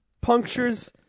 punctures